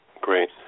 Great